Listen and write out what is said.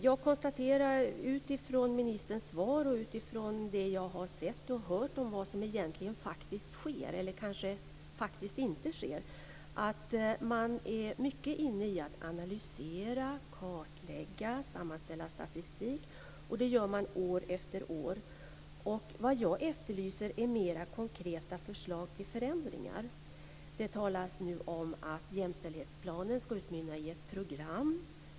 Jag konstaterar utifrån ministerns svar och utifrån det jag har sett och hört av vad som faktiskt sker - eller kanske faktiskt inte sker - att man är mycket inne på att analysera, kartlägga och sammanställa statistik. Det gör man år efter år. Vad jag efterlyser är mera konkreta förslag till förändringar. Det talas nu om att jämställdhetsplanen ska utmynna i ett program.